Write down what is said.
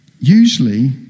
Usually